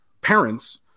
parents